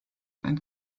ein